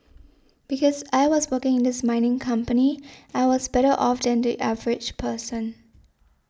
because I was working in this mining company I was better off than the average person